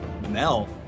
Mel